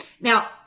Now